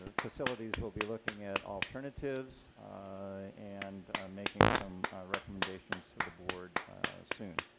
ah facilities will be looking at alternatives and making some recommendations to the board soon.